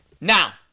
Now